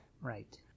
right